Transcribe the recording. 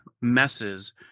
messes